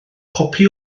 copi